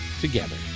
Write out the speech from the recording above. together